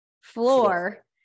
floor